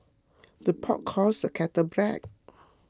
the pot calls the kettle black